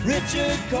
Richard